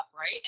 Right